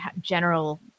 general